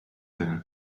there